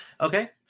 Okay